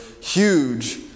huge